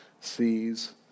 sees